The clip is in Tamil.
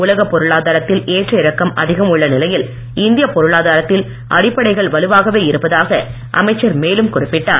உலகப் பொருளாதாரத்தில் ஏற்ற இறக்கம் அதிகம் உள்ள நிலையில் இந்திய பொருளாதாரத்தில் அடிப்படைகள் வலுவாகவே இருப்பதாக அமைச்சர் மேலும் குறிப்பிட்டார்